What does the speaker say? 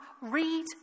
Read